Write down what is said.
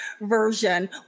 version